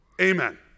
Amen